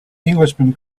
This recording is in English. englishman